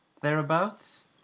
thereabouts